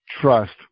trust